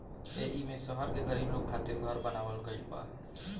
एईमे शहर के गरीब लोग खातिर घर बनावल गइल बा